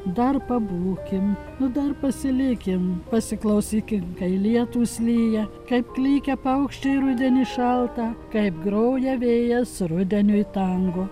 dar pabūkim nu dar pasilikim pasiklausykim kai lietūs lyja kaip klykia paukščiai rudenį šaltą kaip groja vėjas rudeniui tango